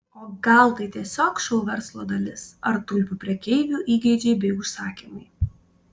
o gal tai tiesiog šou verslo dalis ar tulpių prekeivių įgeidžiai bei užsakymai